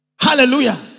Hallelujah